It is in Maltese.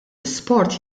isport